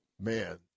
Man